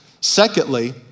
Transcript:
Secondly